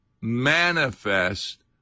manifest